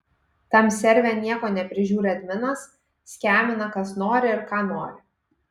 tam serve nieko neprižiūri adminas skemina kas nori ir ką nori